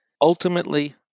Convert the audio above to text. ultimately